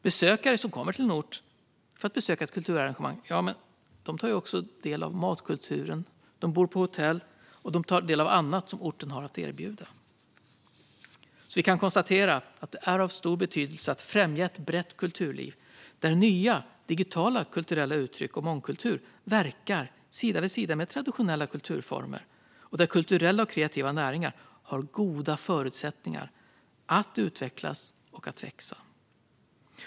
Besökare som kommer till en ort för att besöka ett kulturarrangemang tar också del av matkulturen, bor på hotell och tar del av annat som orten har att erbjuda. Vi kan konstatera att det är av stor betydelse att främja ett brett kulturliv, där nya, digitala kulturella uttryck och mångkultur verkar sida vid sida med traditionella kulturformer och där kulturella och kreativa näringar har goda förutsättningar att utvecklas och växa.